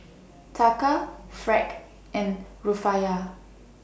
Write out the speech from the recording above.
Taka Franc and Rufiyaa